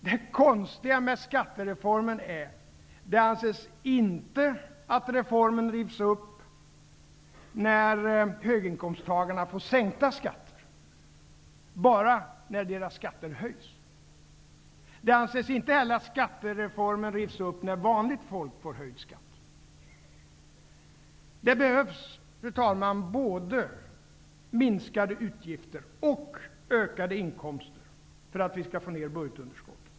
Det konstiga med skattereformen är: Det anses inte att reformen rivs upp när höginkomsttagarna får sänkta skatter -- bara när deras skatter höjs. Det anses inte heller att skattereformen rivs upp när vanligt folk får höjd skatt. Det behövs, fru talman, både minskade utgifter och ökade inkomster för att vi skall få ned budgetunderskottet.